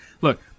Look